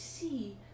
see